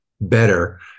better